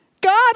God